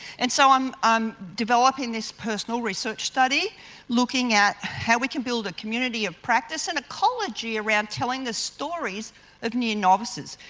and so i'm i'm developing this personal research study looking at how we can build a community of practice, an ecology around telling the stories of near novices,